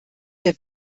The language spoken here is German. der